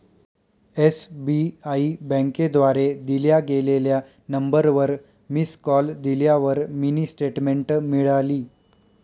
SBI बँकेद्वारे दिल्या गेलेल्या नंबरवर मिस कॉल दिल्यावर मिनी स्टेटमेंट मिळाली